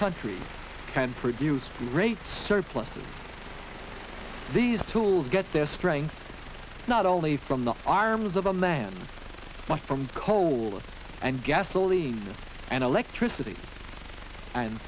country can produce great surpluses these tools get their strength not only from the arms of a man but from cold and gasoline and electricity and